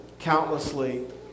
countlessly